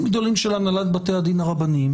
גדולים של הנהלת בתי הדין הרבניים,